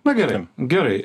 na gerai gerai